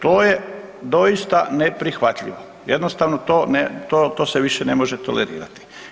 To je doista neprihvatljivo, jednostavno to se više ne može tolerirati.